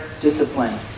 discipline